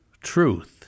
truth